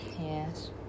yes